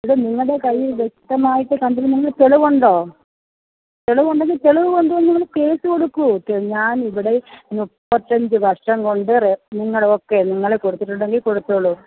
ഇത് നിങ്ങളുടെ കൈയിൽ വ്യക്തമായിട്ട് കണ്ടതിനുള്ള തെളിവുണ്ടോ തെളിവുണ്ടെങ്കിൽ തെളിവ് കൊണ്ടുവന്ന് നിങ്ങൾ കേസ് കൊടുക്കൂ ഞാൻ ഇവിടെ മുപ്പത്തഞ്ച് വർഷം കൊണ്ട് നിങ്ങളെയൊക്കെ നിങ്ങൾ കൊടുത്തിട്ടുണ്ടെങ്കിൽ കൊടുത്തോളൂ